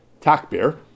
Takbir